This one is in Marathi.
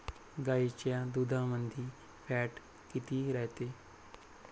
गाईच्या दुधामंदी फॅट किती रायते?